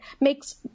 makes